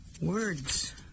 words